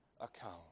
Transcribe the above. account